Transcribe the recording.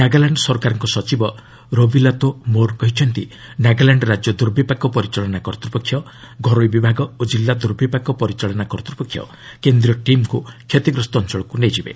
ନାଗାଲାଣ୍ଡ ସରକାରଙ୍କ ସଚିବ ରୋବିଲାତୋ ମୋର୍ କହିଛନ୍ତି ନାଗାଲାଣ୍ଡ ରାଜ୍ୟ ଦୁର୍ବିପାକ ପରିଚାଳନା କର୍ତ୍ତୃପକ୍ଷ ଘରୋଇ ବିଭାଗ ଓ ଜିଲ୍ଲା ଦୁର୍ବିପାକ ପରିଚାଳନା କର୍ତ୍ତୃପକ୍ଷ କେନ୍ଦ୍ରୀୟ ଚିମ୍କୁ କ୍ଷତିଗ୍ରସ୍ତ ଅଞ୍ଚଳକୁ ନେଇଯିବେ